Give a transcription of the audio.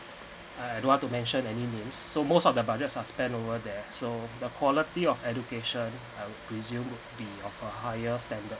I don't want to mention any names so most of the budgets are spent over there so the quality of education I will presume be of a higher standard